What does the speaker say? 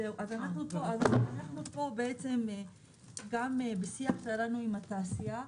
אז אנחנו פה בעצם גם בשיח שלנו עם התעשייה,